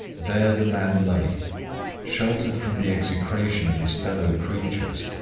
there the man lay sheltered from the execration of his fellow-creatures,